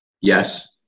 Yes